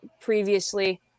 previously